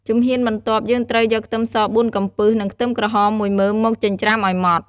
ជំហានបន្ទាប់ យើងត្រូវយកខ្ទឹមស៤កំពឹស និងខ្ទឹមក្រហម ១មើមមកចិញ្រ្ចាំឲ្យម៉ដ្ឋ។